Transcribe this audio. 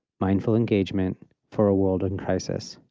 mindful engagement for a world and crisis.